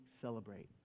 celebrate